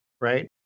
right